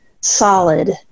solid